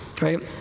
Right